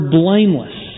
blameless